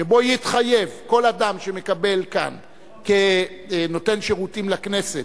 שיתחייב כל אדם שמקבל כאן כנותן שירותים לכנסת,